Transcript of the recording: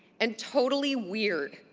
and totally weird.